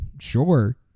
Sure